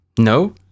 No